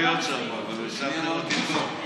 הייתי צריך להיות שם אבל השארתם אותי פה.